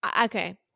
okay